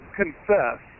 confess